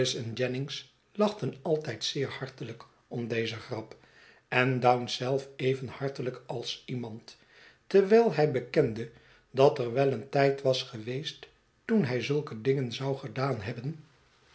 lachten altijd zeer hartelijk om dezegrap en dounce zelf even hartelijk als iemand terwijl hij bekende dat er wel een tijd was geweest toen hij zulke dingen zou gedaan hebben